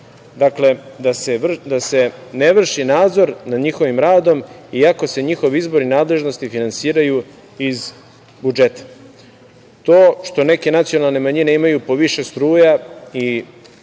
Dakle, da se ne vrši nadzor nad njihovim radom, iako se njihov izbor i nadležnosti finansiraju iz budžeta. To što neke nacionalne manjine imaju po više struja i